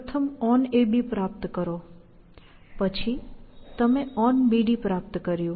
તમે પ્રથમ onAB પ્રાપ્ત કરો પછી તમે onBD પ્રાપ્ત કર્યું